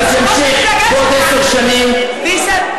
ניסן,